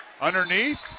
Underneath